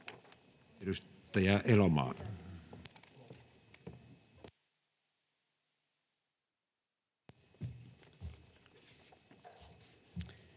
Edustaja Elomaa.